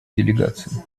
делегации